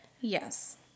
Yes